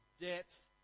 depth